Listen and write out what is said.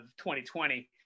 2020